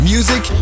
Music